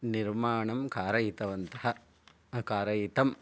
निर्माणं कारयितवन्तः कारयितम्